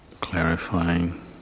clarifying